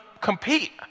compete